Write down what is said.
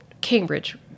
Cambridge